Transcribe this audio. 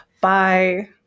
Bye